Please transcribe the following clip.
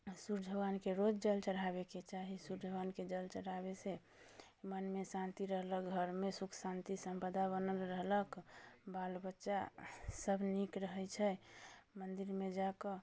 सूर्य भगवानके रोज जल चढ़ाबैके चाही सूर्य भगवानके जल चढ़ाबैसँ मनमे शान्ति रहलक घरमे सुख शान्ति सम्पदा बनल रहलक बाल बच्चा सभ नीक रहै छै मन्दिरमे जाकऽ